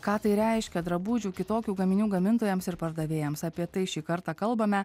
ką tai reiškia drabužių kitokių gaminių gamintojams ir pardavėjams apie tai šį kartą kalbame